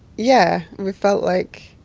yeah, we felt like